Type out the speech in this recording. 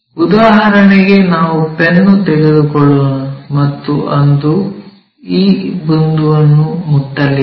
ಉದಾಹರಣೆಗೆ ನಾವು ಪೆನ್ನು ತೆಗೆದುಕೊಳ್ಳೋಣ ಮತ್ತು ಅದು ಈ ಬಿಂದುವನ್ನು ಮುಟ್ಟಲಿದೆ